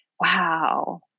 wow